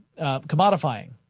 commodifying